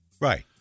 Right